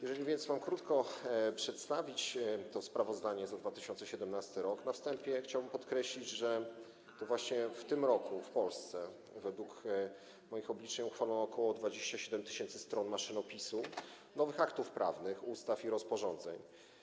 Jeżeli więc mam krótko przedstawić to sprawozdanie za 2017 r., na wstępie chciałbym podkreślić, że to właśnie w tym roku w Polsce według moich obliczeń uchwalono ok. 27 tys. stron maszynopisu nowych aktów prawnych, ustaw i rozporządzeń.